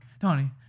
Donnie